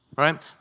right